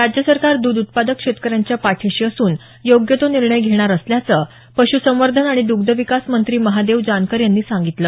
राज्य सरकार द्ध उत्पादक शेतकऱ्यांच्या पाठीशी असून योग्य तो निर्णय घेणार असल्याचं पश् संवर्धन आणि द्ग्ध विकास मंत्री महादेव जानकर यांनी सांगितलं